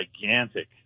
gigantic